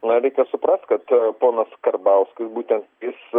na reikia suprasti kad ponas karbauskis būtent jis